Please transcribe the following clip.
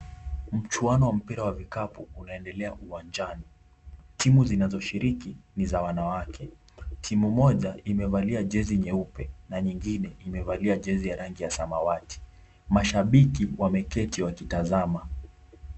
Mchuano wa mpira wa vikapu unaendelea uwanjani. Timu zinzoshiriki ni za wanawake. Timu moja imevalia jezi nyeupe na nyingine imevalia jezi ya samawati. Mashabiki wameketi wakitazama.